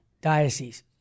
Diocese